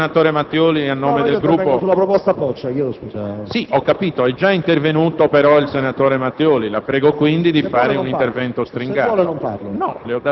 Chiedo scusa.